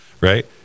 right